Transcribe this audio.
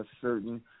certain